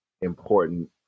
important